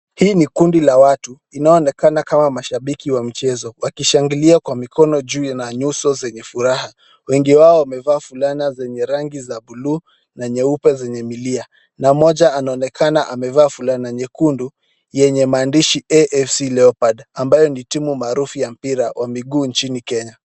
Hii ni kundi la watu, inayoonekana kama mashabiki wa mchezo wakishangilia kwa mikono juu na nyuso zenye furaha. Wengi wao wamevaa fulana zenye rangi za buluu na nyeupe zenye milia, na mmoja anaonekana amevaa fulana nyekundu yenya maandishi AFC Leopards, ambayo ni timu maarufu ya mpira wa miguu nchini Kenya.